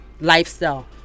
lifestyle